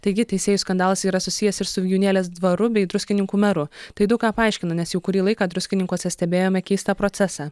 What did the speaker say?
taigi teisėjų skandalas yra susijęs ir su vijūnėlės dvaru bei druskininkų meru tai daug ką paaiškina nes jau kurį laiką druskininkuose stebėjome keistą procesą